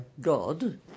God